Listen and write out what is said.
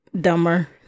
dumber